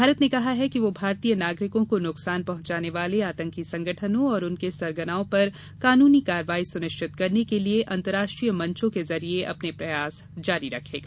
भारत ने कहा है कि वह भारतीय नागरिकों को नुकसान पहंचाने वाले आतंकी सगठनों और उनके सरगनाओं पर कानूनी कार्रवाई सुनिश्चित करने के लिए अंतर्राष्ट्रीय मंचों के जरिए अपने प्रयास जारी रखेगा